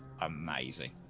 amazing